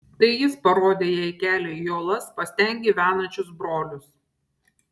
tai jis parodė jai kelią į uolas pas ten gyvenančius brolius